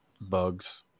bugs